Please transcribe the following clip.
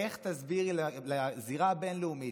איך תסבירי לזירה הבין-לאומית,